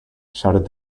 shouted